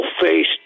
face